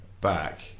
back